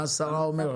מה השרה אומרת?